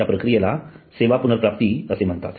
या प्रक्रियेला सेवा पुनर्प्राप्ती असे म्हणतात